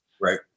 right